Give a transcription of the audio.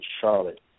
Charlotte